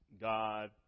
God